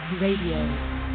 Radio